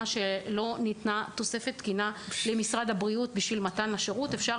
שלא ניתנה תוספת תקינה למשרד הבריאות עבור מתן השירות אפשר